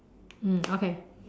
mm okay